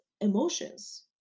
emotions